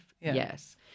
yes